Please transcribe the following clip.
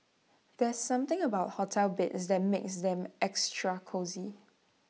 there's something about hotel beds that makes them extra cosy